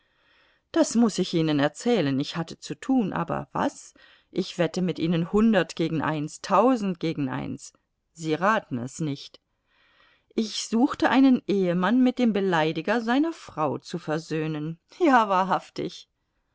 das muß ich ihnen erzählen ich hatte zu tun aber was ich wette mit ihnen hundert gegen eins tausend gegen eins sie raten es nicht ich suchte einen ehemann mit dem beleidiger seiner frau zu versöhnen ja wahrhaftig